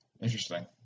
Interesting